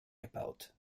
gebaut